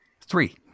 Three